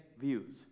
views